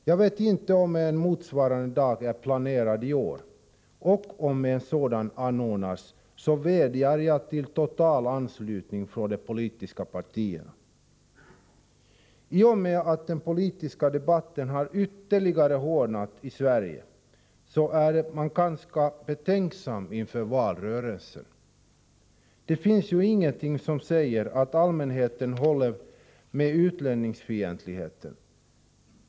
Jag vet inte om en motsvarande dag är planerad i år, men om en sådan anordnas så vädjar jag om total anslutning från de politiska partierna. I och med att den politiska debatten i Sverige har hårdnat ytterligare är man ganska betänksam inför valrörelsen. Det finns ju ingenting som säger att allmänheten stöder utlänningsfientligheten.